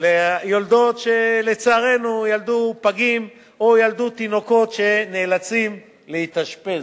ליולדות שלצערנו ילדו פגים או ילדו תינוקות שנאלצים להתאשפז.